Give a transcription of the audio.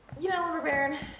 you know lumber baron,